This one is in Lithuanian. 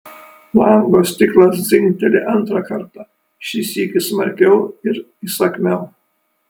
lango stiklas dzingteli antrą kartą šį sykį smarkiau ir įsakmiau